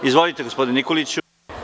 Izvolite, gospodine Nikoliću.